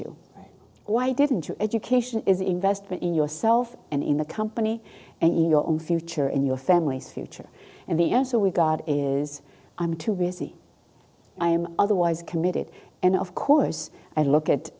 you why didn't your education is an investment in yourself and in the company and your own future and your family's future and the answer we got is i'm too busy i am otherwise committed and of course i look